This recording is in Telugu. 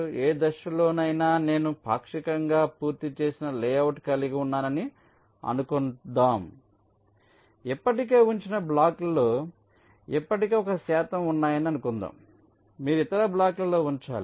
ఏ దశలోనైనా నేను పాక్షికంగా పూర్తి చేసిన లేఅవుట్ కలిగి ఉన్నానని అనుకుందాం ఇప్పటికే ఉంచిన బ్లాకులలో ఇప్పటికే ఒక శాతం ఉన్నాయని అనుకుందాం మీరు ఇతర బ్లాకులలో ఉంచాలి